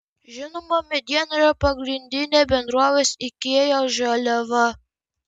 žinoma mediena yra pagrindinė bendrovės ikea žaliava